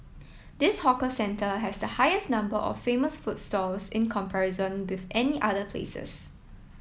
this hawker centre has the highest number of famous food stalls in comparison with any other places